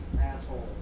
asshole